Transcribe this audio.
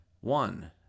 One